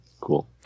cool